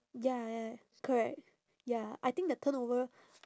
ya ya correct ya I think the turnover